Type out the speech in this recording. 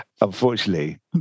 Unfortunately